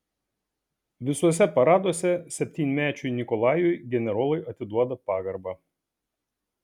visuose paraduose septynmečiui nikolajui generolai atiduoda pagarbą